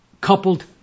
coupled